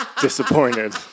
disappointed